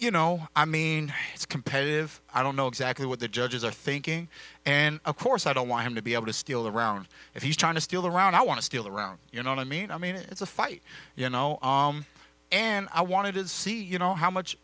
you know i mean it's competitive i don't know exactly what the judges are thinking and of course i don't want him to be able to steal around if he's trying to steal around i want to steal around you know i mean i mean it's a fight you know and i wanted to see you know how much